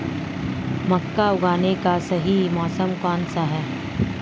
मक्का उगाने का सही मौसम कौनसा है?